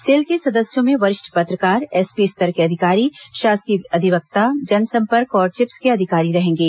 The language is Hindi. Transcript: सेल के सदस्यों में वरिष्ठ पत्रकार एसपी स्तर के अधिकारी शासकीय अधिवक्ता जनसम्पर्क और चिप्स के अधिकारी रहेंगे